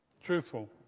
truthful